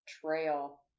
trail